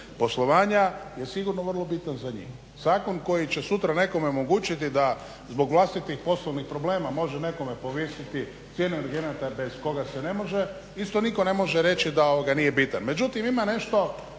poslovanja je sigurno vrlo bitan za njih. Zakon koji će sutra nekome omogućiti da zbog vlastitih poslovnih problema može nekome povisiti cijenu energenata bez koga se ne može, isto nitko ne može reći da nije bitan. Međutim, ima nešto